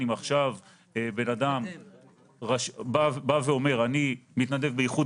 אם עכשיו אדם בא ואומר שהוא מתנדב באיחוד